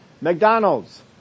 McDonald's